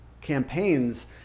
campaigns